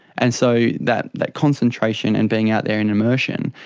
and so that that concentration and being out there and immersion,